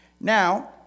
Now